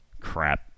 Crap